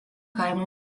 kaimo